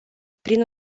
prin